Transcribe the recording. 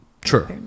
True